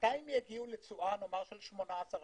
מתי הם יגיעו לתשואה של 18%?